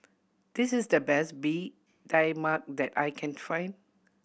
this is the best Bee Tai Mak that I can find